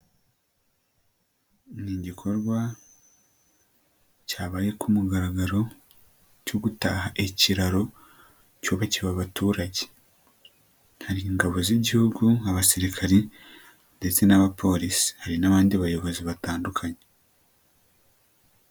Ni igikorwa cyabaye ku mugaragaro cyo gutaha ikiraro cyubakiwe abaturage. Hari ingabo z'igihugu nk'abasirikari ndetse n'abapolisi hari n'abandi bayobozi batandukanye.